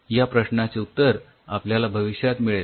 या प्रश्नाचे उत्तर आपल्याला भविष्यात मिळेल